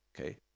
okay